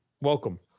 welcome